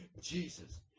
Jesus